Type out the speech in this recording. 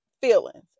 feelings